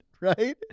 right